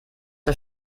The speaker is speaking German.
der